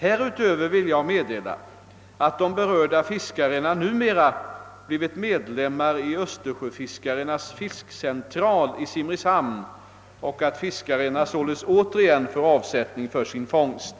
Härutöver vill jag meddela att berörda fiskare numera blivit medlemmar i Östersjöfiskarnas fiskcentral i Simrishamn och att de således återigen får avsättning för sin fångst.